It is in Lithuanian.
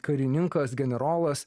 karininkas generolas